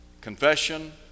confession